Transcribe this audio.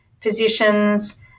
positions